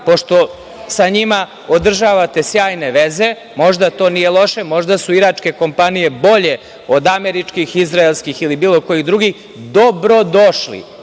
pošto sa njima održavate sjajne veze. Možda to nije loše. Možda su iračke kompanije bolje od američkih, izraelskih ili bilo kojih drugih. Dobrodošli. Hajde